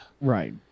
right